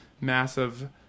massive